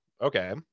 okay